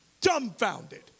dumbfounded